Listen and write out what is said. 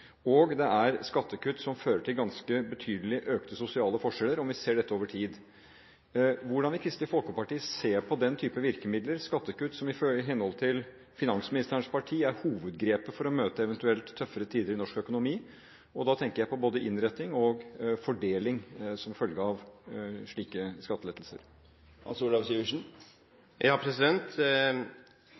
og det er skattekutt som fører til ganske betydelig økte sosiale forskjeller om vi ser dette over tid. Hvordan vil Kristelig Folkeparti se på den typen virkemidler – skattekutt – som i henhold til finansministerens parti er hovedgrepet for å møte eventuelt tøffere tider i norsk økonomi? Da tenker jeg på både innretting og fordeling som følge av slike skattelettelser.